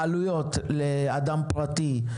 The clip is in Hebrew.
העלויות לאדם פרטי,